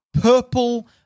purple